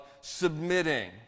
submitting